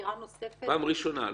לחקירה נוספת -- פעם ראשונה.